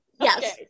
Yes